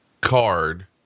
card